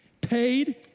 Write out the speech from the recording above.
paid